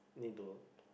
need to